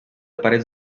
parets